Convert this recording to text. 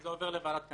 זה עובר לוועדת הקנסות.